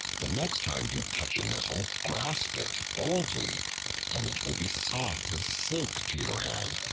the next time you touch a nettle, grasp it boldly, and it will be soft as silk to your hand,